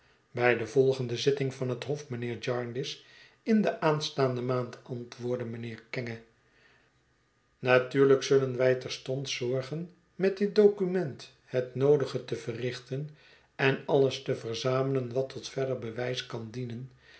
bij de volgende zitting van het hof mijnheer jarndyce in de aanstaande maand antwoordde mijnheer kenge natuurlijk zullen wij terstond zorgen met dit document het noodige te verrichten en alles te verzamelen wat tot verder bewijs kan dienen